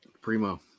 Primo